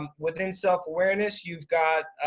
um within self awareness, you've got